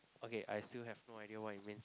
okay I still have no idea what it means